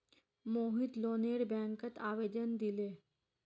मोहित लोनेर बैंकत आवेदन दिले